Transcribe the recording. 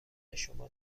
شما